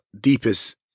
deepest